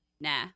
nah